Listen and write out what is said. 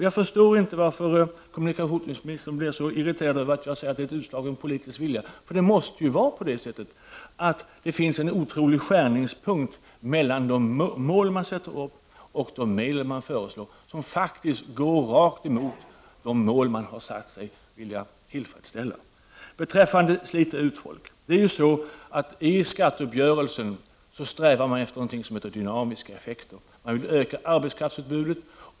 Jag förstår inte varför kommunikationsministern blir så irriterad över att jag säger att det är ett utslag av en politisk vilja. Det måste ju vara så att det finns en otrolig skärningspunkt mellan de mål man sätter upp och de medel man föreslår, som faktiskt går rakt emot de mål man har sagt sig vilja tillfredsställa. Beträffande utslitningen av folk vill jag säga följande. I skatteuppgörelsen eftersträvas dynamiska effekter. Man vill öka arbetskraftsutbudet.